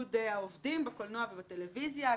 איגוד העובדים בקולנוע ובטלוויזיה.